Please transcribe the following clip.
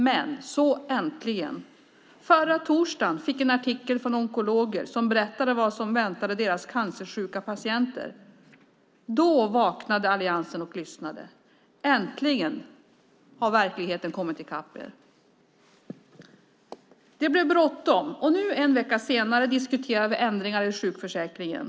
Men förra torsdagen kom en artikel från onkologer som berättade om vad som väntade deras cancersjuka patienter. Då vaknade alliansen och lyssnade. Äntligen har verkligheten kommit i kapp er. Det blev bråttom. Nu en vecka senare diskuterar vi ändringar i sjukförsäkringen.